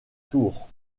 tour